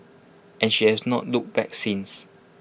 and she has not looked back since